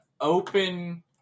open